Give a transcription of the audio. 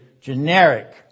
generic